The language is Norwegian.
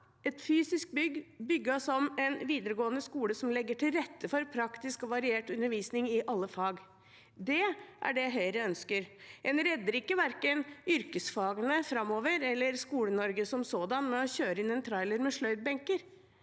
et fysisk bygg bygd som en yrkesfaglig skole som legger til rette for praktisk og variert undervisning i alle fag. Det er det Høyre ønsker. En redder verken yrkesfagene eller Skole-Norge som sådan framover med å kjøre inn en trailer med sløydbenker,